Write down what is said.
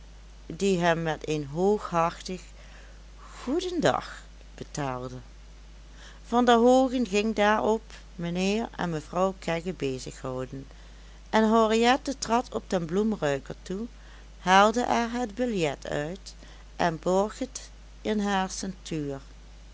die hem met een hooghartig goeden dag betaalde van der hoogen ging daarop mijnheer en mevrouw kegge bezighouden en henriette trad op den bloemruiker toe haalde er het biljet uit en borg het in haar